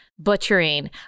butchering